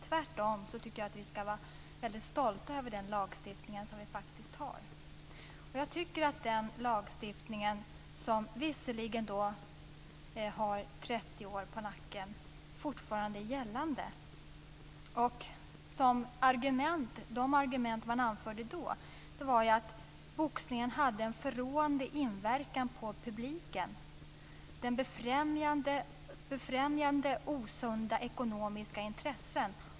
Tvärtom tycker jag att vi ska vara väldigt stolta över den lagstiftning vi faktiskt har. Jag tycker att den lagstiftningen, som visserligen har 30 år på nacken, fortfarande är giltig. De argument som man anförde då var att boxningen hade en förråande inverkan på publiken. Den befrämjade osunda ekonomiska intressen.